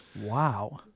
Wow